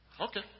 okay